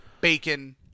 bacon